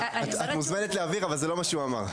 את מוזמנת להבהיר אבל זה לא מה שהוא אמר.